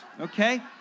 okay